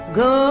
go